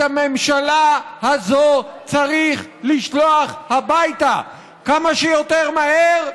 את הממשלה הזאת צריך לשלוח הביתה, כמה שיותר מהר,